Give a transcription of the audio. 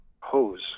hose